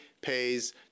pays